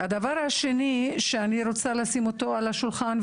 דבר שני שאני רוצה לשים על השולחן,